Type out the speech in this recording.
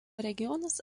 regionas